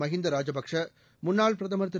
மஹிந்தா ராஜபக்சே முன்னாள் பிரதமர் திரு